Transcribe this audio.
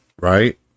right